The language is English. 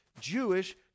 Jewish